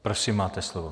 Prosím, máte slovo.